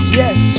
yes